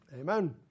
Amen